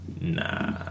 Nah